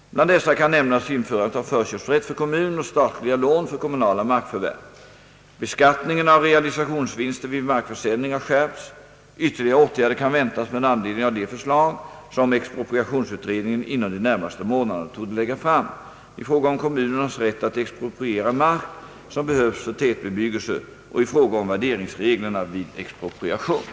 Bland dessa kan nämnas införandet av förköpsrätt för kommun och statliga lån för kommunala markförvärv. Beskattningen av realisationsvinster vid markförsäljning har skärpts. Ytterligare åtgärder kan väntas med anledning av de förslag som expropriationsutredningen inom de närmaste månaderna torde lägga fram i fråga om kommunernas rätt att expropriera mark som behövs för tätbebyggelse och i fråga om värderingsreglerna vid expropriation.